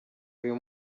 uyu